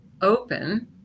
open